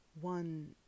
One